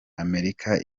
amerika